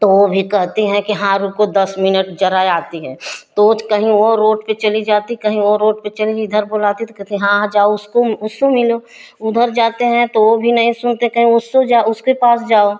तो वह भी कहती हैं कि हाँ रुको दस मिनट ज़रा आती हैं तो रोज़ कहीं वह रोड पर चली जाती कहीं वह रोड पर चली इधर बुलाती तो कहती हाँ आ जाओ उसको म उस सो मिलो उधर जाते हैं तो वह भी नहीं सुनतें कहें उससो जाओ उसके पास जाओ